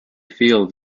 field